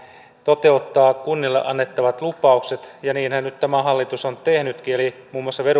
toteuttaa kunnille annettavat lupaukset ja niinhän nyt tämä hallitus on tehnytkin eli muun muassa